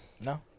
No